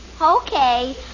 Okay